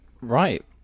Right